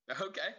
Okay